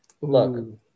look